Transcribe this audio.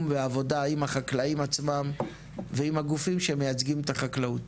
ועבודה עם החקלאים עצמם ועם הגופים שמייצגים את החקלאות.